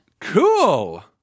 Cool